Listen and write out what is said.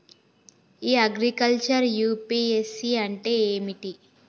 ఇ agriculture UPSC అంటే ఏమిటి?